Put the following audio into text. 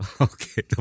Okay